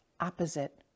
opposite